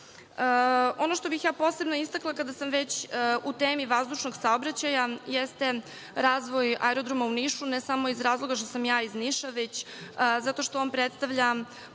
što bih ja posebno istakla kada sam već u temi vazdušnog saobraćaja, jeste razvoj aerodroma u Nišu, ne samo iz razloga što sam ja iz Niša, već zato što on predstavlja